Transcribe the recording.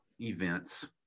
events